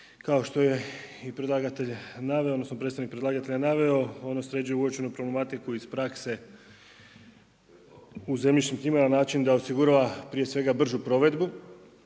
predstavnik predlagatelja naveo ono sređuje uočenu problematiku iz prakse u zemljišnim knjigama na način da osigurava prije svega bržu provedbu.